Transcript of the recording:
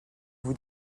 vous